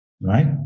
right